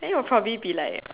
that would probably be like